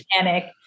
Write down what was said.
panic